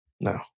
No